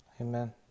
amen